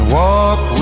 walk